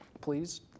Please